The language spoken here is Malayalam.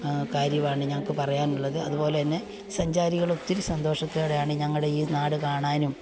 കാര്യമാണ് ഞങ്ങൾക്ക് പറയാനുള്ളത് അതുപോലെ തന്നെ സഞ്ചാരികൾ ഒത്തിരി സന്തോഷത്തോടെയാണ് ഞങ്ങളുടെ ഈ നാട് കാണാനും